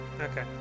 Okay